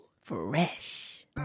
Fresh